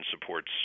supports